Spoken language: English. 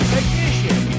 edition